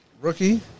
Rookie